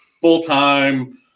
full-time